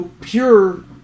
pure